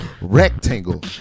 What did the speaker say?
Rectangle